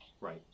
Right